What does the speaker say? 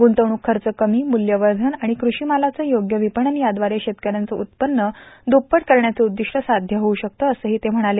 ग्रंतवणूक खर्च कमी मूल्यवर्धन आणि कृषीमालाचे योग्य विपणन या द्वारे शेतकऱ्यांचे उत्पव्न दुप्पट करण्याचे उद्दिष्ट साध्य होऊ शकते असंही ते म्हणाले